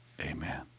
amen